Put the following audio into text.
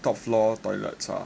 top floor toilet